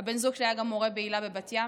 הבן זוג שלי היה גם מורה בהיל"ה בבת ים.